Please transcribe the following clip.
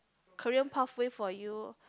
career pathway for you